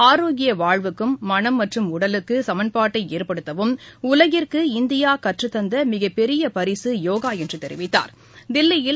ஆரோக்கியவாழ்வுக்கும் மனம் மற்றும் உடலுக்குசமன்பாட்டைஏற்படுத்தவும் உலகிற்கு இந்தியாகற்றுத்தந்தமிகப்பெரியபரிசுயோகாஎன்றுதெரிவித்தாா்